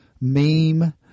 meme